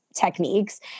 techniques